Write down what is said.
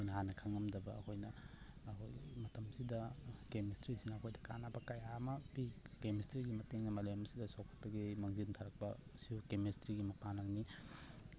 ꯑꯩꯈꯣꯏꯅ ꯍꯥꯟꯅ ꯈꯪꯉꯝꯗꯕ ꯑꯩꯈꯣꯏꯅ ꯑꯩꯈꯣꯏ ꯃꯇꯝꯁꯤꯗ ꯀꯦꯃꯤꯁꯇ꯭ꯔꯤꯁꯤꯅ ꯑꯩꯈꯣꯏꯗ ꯀꯥꯟꯅꯕ ꯀꯌꯥ ꯑꯃ ꯄꯤ ꯀꯦꯃꯤꯁꯇ꯭ꯔꯤꯒꯤ ꯃꯇꯦꯡꯅ ꯃꯥꯂꯦꯝꯁꯤꯗ ꯆꯥꯎꯈꯠꯄꯒꯤ ꯃꯥꯡꯖꯤꯟ ꯊꯥꯔꯛꯄꯁꯤ ꯀꯦꯃꯤꯁꯇ꯭ꯔꯤꯒꯤ ꯃꯄꯥꯟꯅꯅꯤ